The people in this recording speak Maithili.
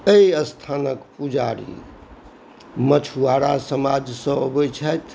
एहि स्थानक पुजारी मछुआरा समाजसँ अबै छथि